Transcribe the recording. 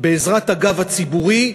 בעזרת הגב הציבורי,